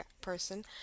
person